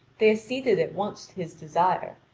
they acceded at once to his desire,